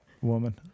woman